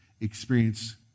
experience